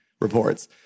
reports